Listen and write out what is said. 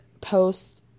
post